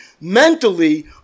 mentally